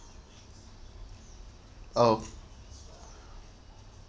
oh